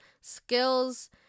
skills